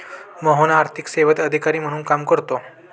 मोहन आर्थिक सेवेत अधिकारी म्हणून काम करतो